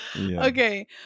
Okay